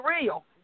real